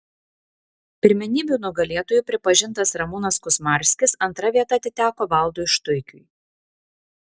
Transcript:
pirmenybių nugalėtoju pripažintas ramūnas kuzmarskis antra vieta atiteko valdui štuikiui